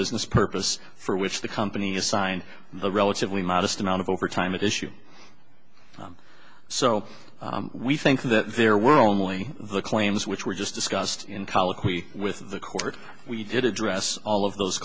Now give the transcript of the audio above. business purpose for which the company assigned the relatively modest amount of overtime issue i'm so we think that there were only the claims which we just discussed in colloquy with the court we did address all of those